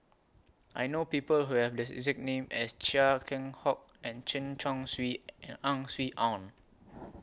I know People Who Have The exact name as Chia Keng Hock and Chen Chong Swee and Ang Swee Aun